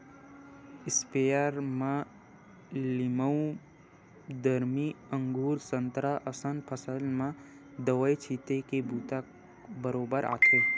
sprayer म लीमउ, दरमी, अगुर, संतरा असन फसल म दवई छिते के बूता बरोबर आथे